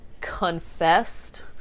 confessed